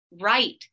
right